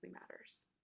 matters